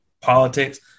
politics